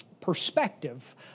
perspective